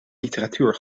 literatuur